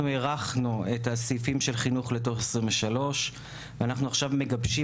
הארכנו את הסעיפים של החינוך לתוך 2023 ועכשיו אנחנו מגבשים